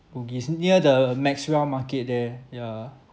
bugis near the maxwell market there ya